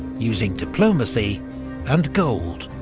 using diplomacy and gold.